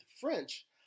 French